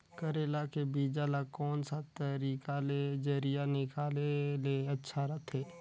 करेला के बीजा ला कोन सा तरीका ले जरिया निकाले ले अच्छा रथे?